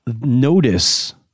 Notice